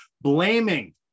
blaming